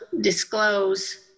disclose